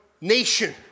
nation